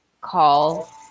call